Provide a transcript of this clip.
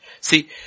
See